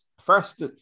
First